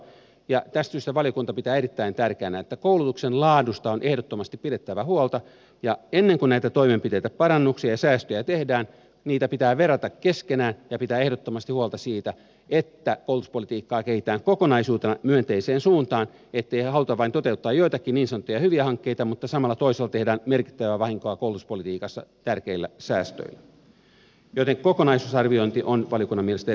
tästä syystä valiokunta pitää erittäin tärkeänä että koulutuksen laadusta on ehdottomasti pidettävä huolta ja ennen kuin näitä toimenpiteitä parannuksia ja säästöjä tehdään niitä pitää verrata keskenään ja pitää ehdottomasti huolta siitä että koulutuspolitiikkaa kehitetään kokonaisuutena myönteiseen suuntaan ettei haluta vain toteuttaa joitakin niin sanottuja hyviä hankkeita mutta samalla toisaalta tehdään merkittävää vahinkoa koulutuspolitiikassa tärkeillä säästöillä joten kokonaisuusarviointi on valiokunnan mielestä erittäin tärkeää